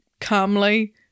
calmly